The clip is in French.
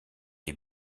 est